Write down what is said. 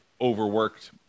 overworked